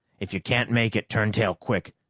if you can't make it, turn tail quick,